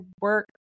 work